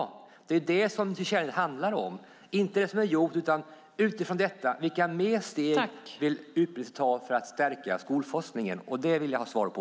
Det är det som tillkännagivandet handlar om, inte det som är gjort. Vilka ytterligare steg vill utbildningsministern ta för att stärka skolforskningen? Det vill jag ha svar på.